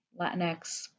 Latinx